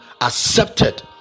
accepted